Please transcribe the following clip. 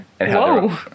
Whoa